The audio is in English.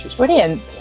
Brilliant